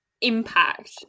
impact